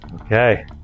Okay